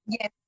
Yes